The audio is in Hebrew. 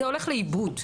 זה הולך לאיבוד.